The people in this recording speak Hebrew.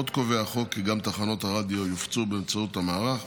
עוד קובע החוק כי גם תחנות הרדיו יופצו באמצעות המערך,